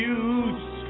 use